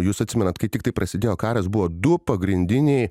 jūs atsimenat kai tiktai prasidėjo karas buvo du pagrindiniai